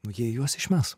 jie juos išmes